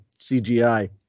CGI